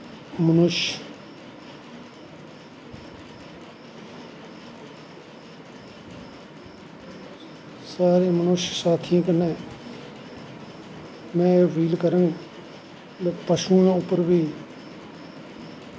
मनुष्य सारे मनुष्य साथियें कन्नैं में अपील करंग कि पशुएं उप्पर बी